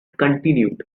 continued